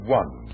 one